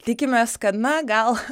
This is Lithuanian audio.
tikimės kad na gal